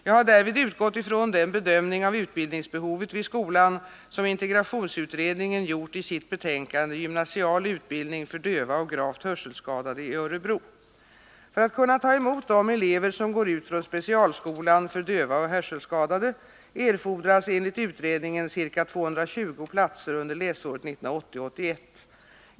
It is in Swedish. Jag har därvid utgått ifrån den bedömning av utbildningsbehovet vid skolan som integrationsut redningen gjort i sitt betänkande Gymnasial utbildning för döva och gravt hörselskadade i Örebro . För att kunna ta emot de elever som går ut från specialskolan för döva och hörselskadade erfordras enligt utredningen ca 220 platser under läsåret 1980/81.